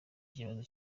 ikibazo